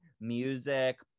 music